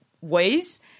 ways